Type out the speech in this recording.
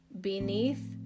Beneath